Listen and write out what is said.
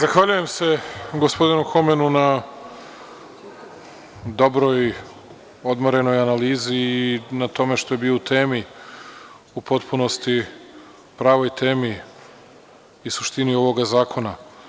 Zahvaljujem se gospodinu Homenu na dobroj, odmerenoj analizi i na tome što je bio u temi u potpunosti, pravoj temi i suštini ovog zakona.